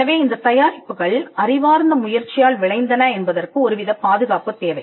எனவே இந்த தயாரிப்புகள் அறிவார்ந்த முயற்சியால் விளைந்தன என்பதற்கு ஒருவித பாதுகாப்பு தேவை